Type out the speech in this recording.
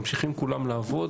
ממשיכים כולם לעבוד,